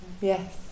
Yes